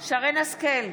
שרן מרים השכל,